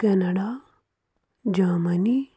Canada Germany